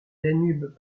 danube